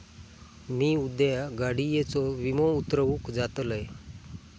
मी उद्या गाडीयेचो विमो उतरवूक जातलंय